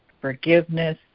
forgiveness